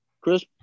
Chris